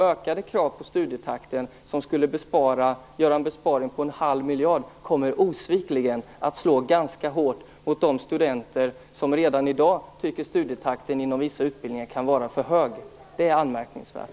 Ökade krav på studietakten, som skulle innebära en besparing på en halv miljard, kommer osvikligen att slå ganska hårt mot de studenter som redan i dag tycker att studietakten inom vissa utbildningar är för hög. Det är anmärkningsvärt.